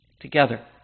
together